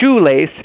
shoelace